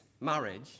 marriage